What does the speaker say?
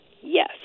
Yes